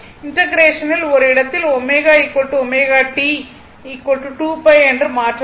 இன்டெகிரெஷனில் ஓர் இடத்தில் ω ω t 2π என்று மாற்ற வேண்டும்